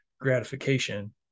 gratification